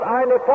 eine